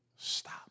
Stop